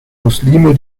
muslime